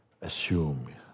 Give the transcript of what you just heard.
assume